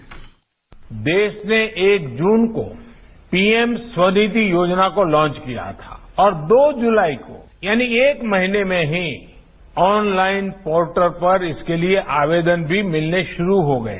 bite PM देश ने एक जून को पीएम स्वानिधि योजना को लांच किया था और दो ज़लाई को यानि एक महीने में ही ऑनलाइन पोर्टल पर इसके लिए आवेदन भी मिलने शुरू हो गए